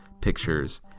pictures